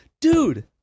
Dude